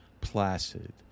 placid